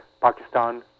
Pakistan